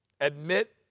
Admit